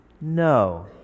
No